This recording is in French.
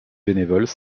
bénévoles